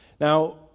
Now